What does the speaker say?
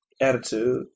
attitude